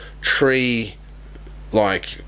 tree-like